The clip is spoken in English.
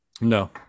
No